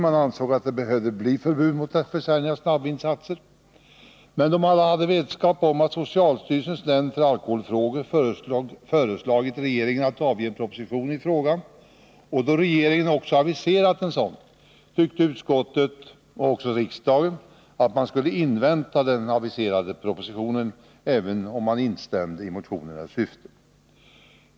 Man ansåg att det behövde bli förbud mot försäljning av snabbvinsatser, men då man hade vetskap om att socialstyrelsens nämnd för alkoholfrågor föreslagit regeringen att avge en proposition i frågan, och då regeringen också aviserat en sådan, tyckte utskottet liksom riksdagen att man skulle invänta den aviserade propositionen, även om man instämde i motionernas syfte.